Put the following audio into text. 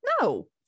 No